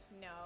No